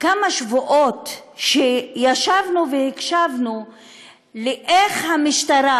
כמה שבועות שישבנו והקשבנו איך המשטרה,